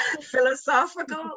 Philosophical